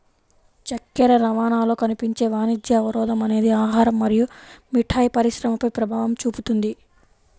చక్కెర రవాణాలో కనిపించే వాణిజ్య అవరోధం అనేది ఆహారం మరియు మిఠాయి పరిశ్రమపై ప్రభావం చూపుతుంది